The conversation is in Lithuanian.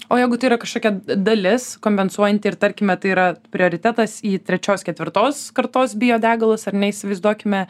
o jeigu tai yra kažkokia dalis kompensuojanti ir tarkime tai yra prioritetas į trečios ketvirtos kartos biodegalus ar ne įsivaizduokime